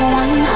one